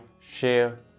share